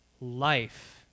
life